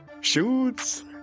Shoots